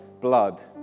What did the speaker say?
blood